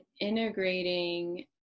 integrating